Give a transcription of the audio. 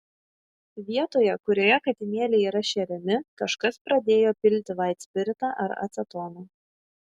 vietoje kurioje katinėliai yra šeriami kažkas pradėjo pilti vaitspiritą ar acetoną